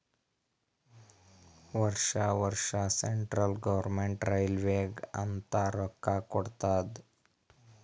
ವರ್ಷಾ ವರ್ಷಾ central government ರೈಲ್ವೇಗ ಅಂತ್ ರೊಕ್ಕಾ ಕೊಡ್ತಾದ್